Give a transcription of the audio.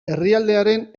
herrialdearen